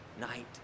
night